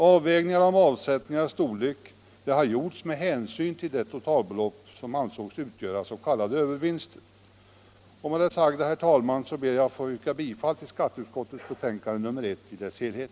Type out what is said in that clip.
Avvägningarna om avsättningarnas storlek har gjorts med hänsyn till det totalbelopp som ansågs utgöra s.k. övervinster. Med det sagda, herr talman, ber jag att få yrka bifall till skatteutskottets hemställan i dess helhet.